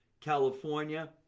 California